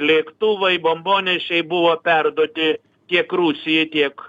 lėktuvai bombonešiai buvo perduoti tiek rusijai tiek